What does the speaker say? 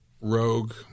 rogue